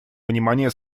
внимания